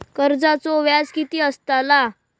कर्जाचो व्याज कीती असताला?